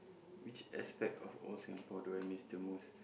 which aspect of all Singapore do I miss the most